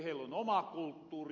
tietysti heillon oma kulttuuri